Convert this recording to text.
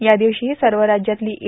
या दिवशीही सर्व राज्यातली ए